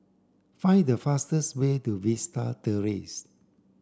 find the fastest way to Vista Terrace